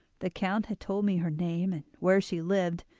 the count had told me her name, and where she lived,